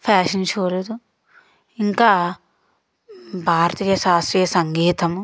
fashion షోలు ఇంకా భారతీయ శాస్త్రీయ సంగీతము